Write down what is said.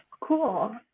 Cool